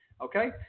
Okay